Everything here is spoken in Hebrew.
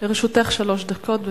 לרשותך שלוש דקות.